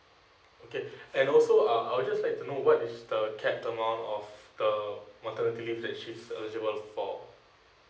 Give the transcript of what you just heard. okay and also uh I'll just like to know what is the capped amount of the maternity leave that she's eligible for